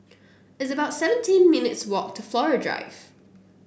it's about seventeen minutes' walk to Flora Drive